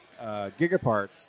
Gigaparts